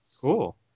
Cool